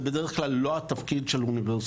זה בדרך כלל לא התפקיד של אוניברסיטאות,